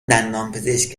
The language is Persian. دندانپزشک